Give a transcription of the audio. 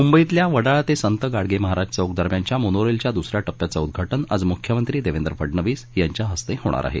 मुंबईतल्या वडाळा ते संत गाडगे महाराज चौक दरम्यानच्या मोनोरेलच्या दुस या टप्याचं उद्घाटन आज मुख्यमंत्री देवेंद्र फडनवीस यांच्या हस्ते होणार आहे